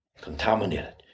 contaminated